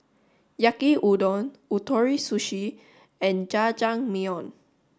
Yaki Udon Ootoro Sushi and Jajangmyeon